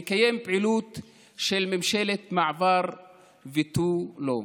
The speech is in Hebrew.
לקיים פעילות של ממשלת מעבר ותו לא.